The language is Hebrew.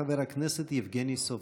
חבר הכנסת יבגני סובה.